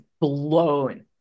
blown